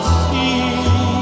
see